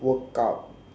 workout